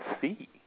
see